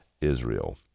Israel